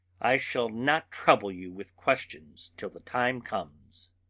i shall not trouble you with questions till the time comes.